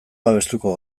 babestuko